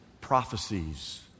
prophecies